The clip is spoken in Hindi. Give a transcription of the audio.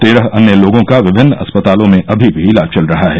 तेरह अन्य लोगों का विभिन्न अस्पतालों में अभी भी इलाज चल रहा है